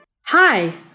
Hi